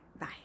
bye